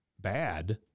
bad